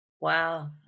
Wow